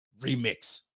Remix